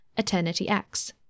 EternityX